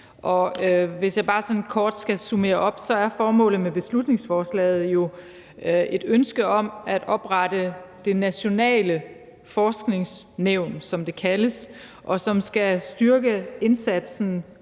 Hvis jeg bare sådan kort skal summere op, er formålet med beslutningsforslaget et ønske om at oprette det nationale forskningsnævn, som det kaldes. Det skal styrke indsatsen